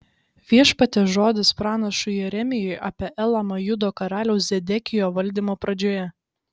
viešpaties žodis pranašui jeremijui apie elamą judo karaliaus zedekijo valdymo pradžioje